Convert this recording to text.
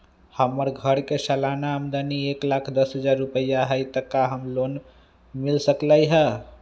हमर घर के सालाना आमदनी एक लाख दस हजार रुपैया हाई त का हमरा लोन मिल सकलई ह?